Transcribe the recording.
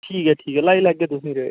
ठीक ऐ ठीक ऐ लाई लैगे तुसेंगी रेट